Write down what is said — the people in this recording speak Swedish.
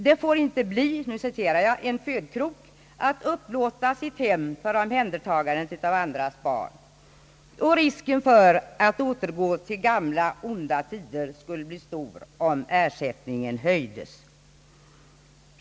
Jag citerar: »Det får inte bli en födkrok att upplåta sitt hem för omhändertagandet av andras barn.» Risken för att återgå till gamla, onda tider skulle bli stor om ersättningen höjdes.